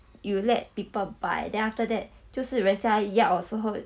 you will let people buy then after that 就是人家要的伺候